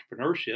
entrepreneurship